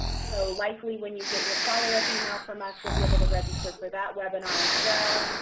so likely when you get your follow-up email from us, you'll be able to register for that webinar as well,